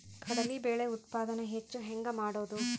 ಕಡಲಿ ಬೇಳೆ ಉತ್ಪಾದನ ಹೆಚ್ಚು ಹೆಂಗ ಮಾಡೊದು?